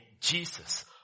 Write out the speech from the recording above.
Jesus